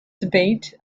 debate